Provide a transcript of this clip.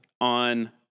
on